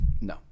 No